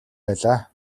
байлаа